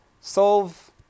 solve